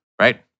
Right